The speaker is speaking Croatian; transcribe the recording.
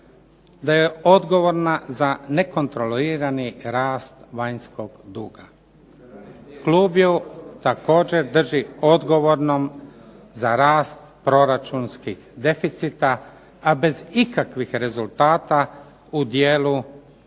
da je odgovorna za nekontrolirani rast vanjskog duga. Klub ju također drži odgovornom za rast proračunskih deficita, a bez ikakvih rezultata u dijelu